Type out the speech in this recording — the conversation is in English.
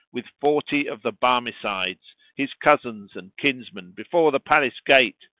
with forty of the barmecides, his cousins and kinsmen, before the palace-gate,